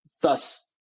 thus